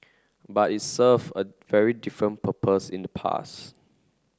but it serve a very different purpose in the past